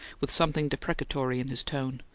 with something deprecatory in his tone,